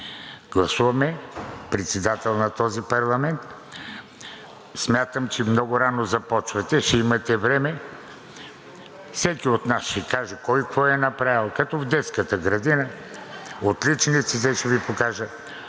гласуваме председател на този парламент. Смятам, че много рано започвате – ще имате време, всеки от нас ще каже кой какво е направил – като в детската градина, отличниците ще Ви покажа.